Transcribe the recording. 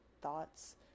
thoughts